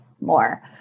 more